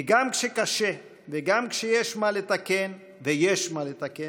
כי גם כשקשה וגם כשיש מה לתקן, ויש מה לתקן,